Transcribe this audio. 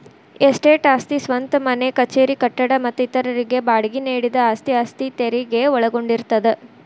estate ಆಸ್ತಿ ಸ್ವಂತ ಮನೆ ಕಚೇರಿ ಕಟ್ಟಡ ಮತ್ತ ಇತರರಿಗೆ ಬಾಡ್ಗಿ ನೇಡಿದ ಆಸ್ತಿ ಆಸ್ತಿ ತೆರಗಿ ಒಳಗೊಂಡಿರ್ತದ